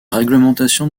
réglementation